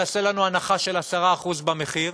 תעשה לנו הנחה של 10% במחיר,